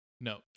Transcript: No